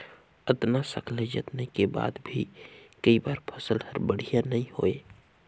अतना सकलई जतनई के बाद मे भी कई बार फसल हर बड़िया नइ होए